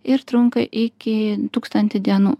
ir trunka iki tūkstantį dienų